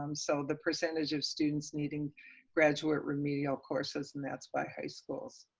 um so the percentage of students needing graduate remedial courses and that's by high schools,